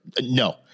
No